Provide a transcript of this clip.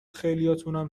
خیلیاتونم